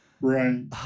Right